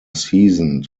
seasoned